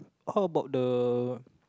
how about the